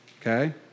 okay